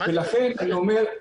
לכן אני אומר,